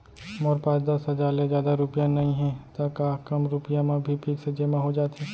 मोर पास दस हजार ले जादा रुपिया नइहे त का कम रुपिया म भी फिक्स जेमा हो जाथे?